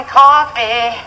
coffee